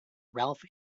ralph